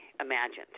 imagined –